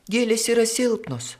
gėlės yra silpnos